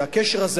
והקשר הזה,